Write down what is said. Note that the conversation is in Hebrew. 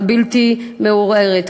הבלתי-מעורערת.